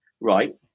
right